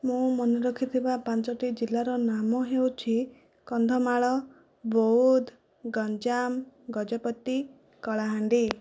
ମୁଁ ମନେ ରଖିଥିବା ପାଞ୍ଚଟି ଜିଲ୍ଲାର ନାମ ହେଉଛି କନ୍ଧମାଳ ବୌଦ୍ଧ ଗଞ୍ଜାମ ଗଜପତି କଳାହାଣ୍ଡି